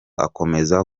akomeza